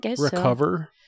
recover